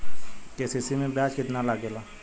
KCC में ब्याज कितना लागेला?